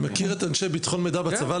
אני מכיר את אנשי ביטחון מידע בצבא,